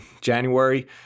January